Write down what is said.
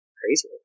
crazy